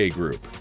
group